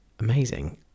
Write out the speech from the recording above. amazing